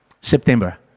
September